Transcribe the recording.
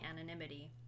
anonymity